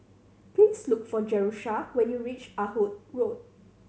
please look for Jerusha when you reach Ah Hood Road